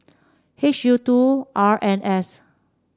H U two R N S